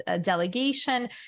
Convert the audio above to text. delegation